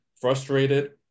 frustrated